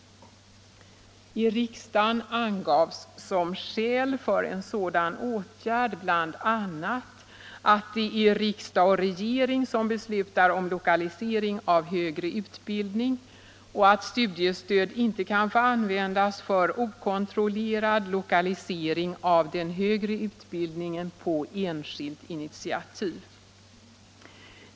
I riksdagen angavs som skäl för en sådan åtgärd bl.a. att det är riksdag och regering som beslutar om lokalisering av högre utbildning och att studiestöd inte kan få användas för okontrollerad lokalisering av den högre utbildningen på enskilt initiativ.